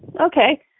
okay